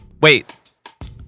Wait